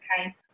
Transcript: Okay